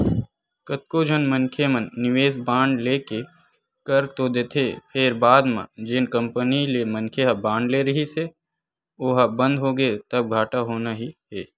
कतको झन मनखे मन निवेस बांड लेके कर तो देथे फेर बाद म जेन कंपनी ले मनखे ह बांड ले रहिथे ओहा बंद होगे तब घाटा होना ही हे